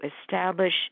establish